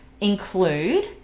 include